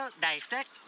dissect